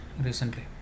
recently